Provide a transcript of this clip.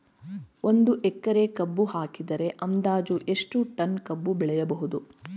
ಒಂದು ಎಕರೆ ಕಬ್ಬು ಹಾಕಿದರೆ ಅಂದಾಜು ಎಷ್ಟು ಟನ್ ಕಬ್ಬು ಬೆಳೆಯಬಹುದು?